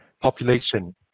population